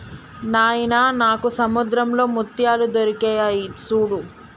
నాయిన నాకు సముద్రంలో ముత్యాలు దొరికాయి సూడు